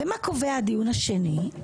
מה קובע הדיון השני?